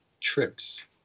trips